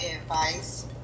advice